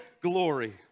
glory